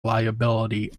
liability